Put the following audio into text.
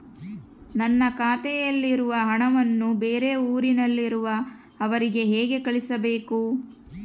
ನನ್ನ ಖಾತೆಯಲ್ಲಿರುವ ಹಣವನ್ನು ಬೇರೆ ಊರಿನಲ್ಲಿರುವ ಅವರಿಗೆ ಹೇಗೆ ಕಳಿಸಬೇಕು?